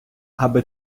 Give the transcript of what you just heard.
аби